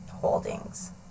Holdings